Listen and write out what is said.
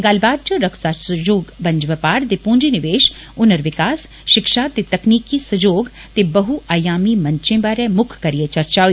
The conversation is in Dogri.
गल्लबात च रक्षा सहयोग बन्ज बपार ते पूंजीनिवेष हुनर विकास षिक्षा ते तकनीकी सहयोग ते बहुआयामी मंचे बारै मुक्ख करियै चर्चा होई